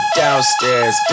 downstairs